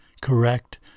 correct